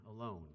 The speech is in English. alone